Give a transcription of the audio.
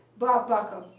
bob bacher,